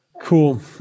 cool